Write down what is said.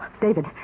David